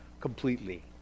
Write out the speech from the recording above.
completely